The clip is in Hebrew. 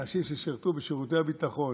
אנשים ששירתו בשירותי הביטחון,